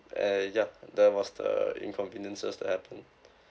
and ya that was the inconveniences that happened